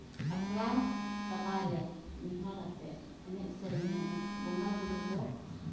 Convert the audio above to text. ᱟᱠᱷᱲᱟ ᱛᱟᱞᱟᱨᱮ ᱱᱮᱦᱚᱨ ᱟᱛᱮᱫ ᱮᱱᱮᱡ ᱥᱮᱨᱮᱧᱟᱞᱮ ᱵᱚᱸᱜᱟᱼᱵᱩᱨᱩ ᱠᱚ